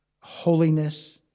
holiness